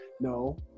No